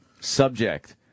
subject